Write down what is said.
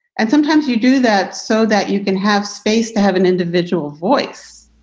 and sometimes you do that so that you can have space to have an individual voice.